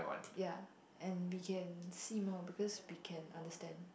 ya and we can see more because we can understand